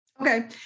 Okay